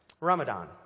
Ramadan